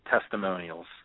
testimonials